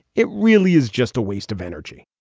it really is just a waste of energy